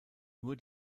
nur